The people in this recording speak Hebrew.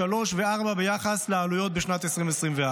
ש"ח ותעמוד על סכומים גבוהים פי שלושה וארבעה ביחס לעלויות בשנת 2024,